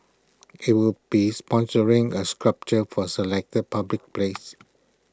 IT will be sponsoring A sculpture for A selected public place